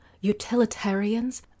utilitarians